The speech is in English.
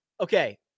okay